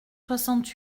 soixante